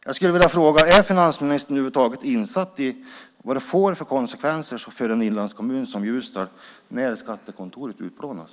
Jag skulle vilja veta: Är finansministern över huvud taget insatt i vad det får för konsekvenser för en inlandskommun som Ljusdal när skattekontoret utplånas?